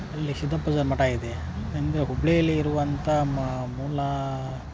ಅಲ್ಲಿ ಸಿದ್ದಪ್ಪಜ್ಜನ್ನ ಮಠ ಇದೆ ಅಂದರೆ ಹುಬ್ಬಳಿಯಲ್ಲಿ ಇರುವಂಥ ಮೂಲ